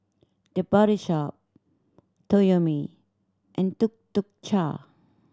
The Body Shop Toyomi and Tuk Tuk Cha